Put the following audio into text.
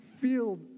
feel